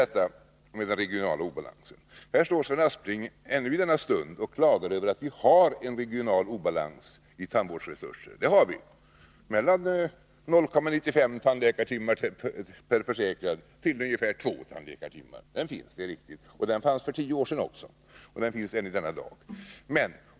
Beträffande den regionala obalansen står Sven Aspling ännu i denna stund och klagar över att vi har en regional obalans när det gäller tandvårdsresurserna. Det har vi — mellan 0,95 tandläkartimmar per försäkrad till ungefär 2 tandläkartimmar per försäkrad. Det är riktigt. Den obalansen fanns för tio år sedan också, och den finns än i denna dag.